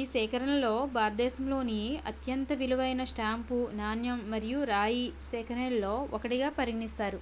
ఈ సేకరణలో భారతదేశంలోని అత్యంత విలువైన స్టాంపు నాణ్యం మరియు రాయి సేకరణలో ఒకటిగా పరిగణిస్తారు